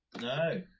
No